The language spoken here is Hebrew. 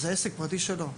זה עסק פרטי שלו.